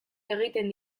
egiten